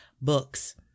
books